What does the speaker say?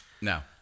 No